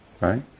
right